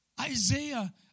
Isaiah